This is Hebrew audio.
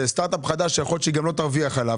זה סטארט אפ חדש שיכול להיות שהיא גם לא תרוויח עליו,